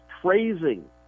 praising